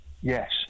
Yes